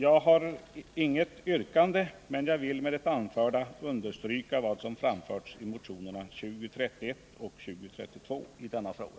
Jag har inget yrkande, men jag vill med det anförda understryka vad som framförts i motionerna nr 2031 och 2032 i denna fråga.